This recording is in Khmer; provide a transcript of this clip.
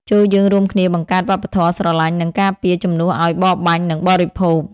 ចូរយើងរួមគ្នាបង្កើតវប្បធម៌ "ស្រឡាញ់ និងការពារ" ជំនួសឱ្យ "បរបាញ់ និងបរិភោគ"។